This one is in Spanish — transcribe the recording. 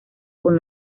con